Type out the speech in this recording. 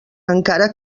encara